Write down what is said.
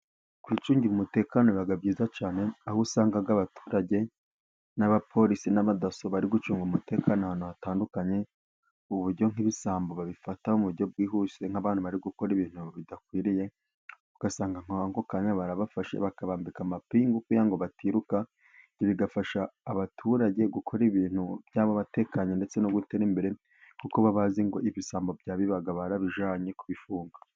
Kwicungira umutekano biba byiza cyane, aho usanga abaturage, n'abapolisi, n'amadasso bari gucunga umutekano ahantu hatandukanye, ku buryo nk'ibisambo babifata mu buryo bwihuse, nk'abantu bari gukora ibintu bidakwiriye, ugasanga nk'ako kanya barabafashe bakabambika amapingu, kugira ngo batiruka, ibyo bigafasha abaturage gukora ibintu byabo batekanye ,ndetse no gutera imbere ,kuko bazi ngo ibisambo byabibaga barabijyanye kubifunga.